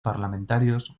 parlamentarios